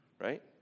Right